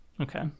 okay